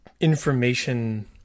information